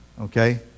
Okay